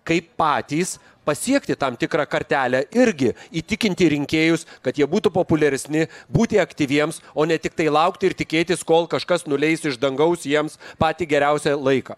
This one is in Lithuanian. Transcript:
kaip patys pasiekti tam tikrą kartelę irgi įtikinti rinkėjus kad jie būtų populiaresni būti aktyviems o ne tiktai laukti ir tikėtis kol kažkas nuleis iš dangaus jiems patį geriausią laiką